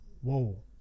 whoa